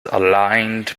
aligned